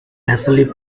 asleep